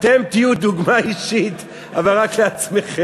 אתם תהיו דוגמה אישית, אבל רק לעצמכם.